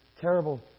terrible